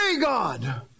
God